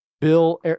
bill